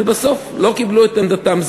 ובסוף לא קיבלו את עמדתם.